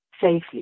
safely